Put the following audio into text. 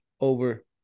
over